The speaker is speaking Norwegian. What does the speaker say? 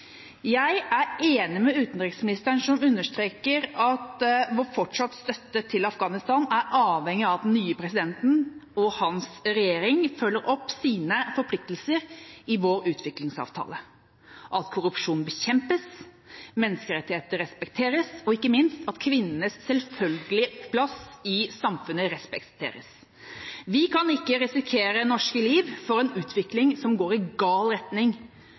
Jeg er enig med utenriksministeren, som understreker at vår fortsatte støtte til Afghanistan er avhengig av at den nye presidenten og hans regjering følger opp sine forpliktelser i vår utviklingsavtale, at korrupsjon bekjempes, at menneskerettigheter respekteres, og – ikke minst – at kvinnenes selvfølgelige plass i samfunnet respekteres. Vi kan ikke risikere norske liv for en utvikling som går i gal retning